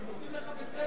הם עושים לך בית-ספר.